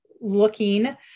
looking